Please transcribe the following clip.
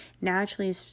naturally